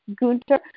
Gunther